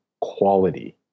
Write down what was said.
quality